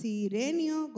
Sirenio